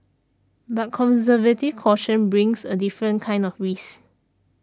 but conservative caution brings a different kind of risk